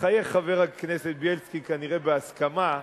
מחייך חבר הכנסת בילסקי, כנראה בהסכמה,